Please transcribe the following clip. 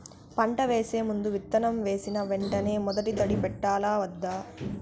పంట వేసే ముందు, విత్తనం వేసిన వెంటనే మొదటి తడి పెట్టాలా వద్దా?